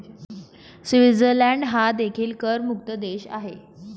Switzerland हा देखील करमुक्त देश आहे